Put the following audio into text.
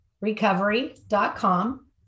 recovery.com